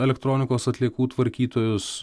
elektronikos atliekų tvarkytojus